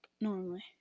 normally